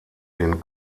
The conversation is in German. den